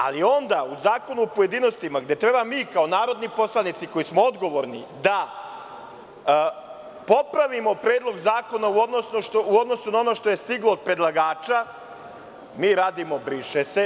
Ali, onda u zakonu o pojedinostima, gde treba mi, kao narodni poslanici koji smo odgovorni, da popravimo predlog zakona u odnosu na ono što je stiglo od predlagača, mi radimo – briše se.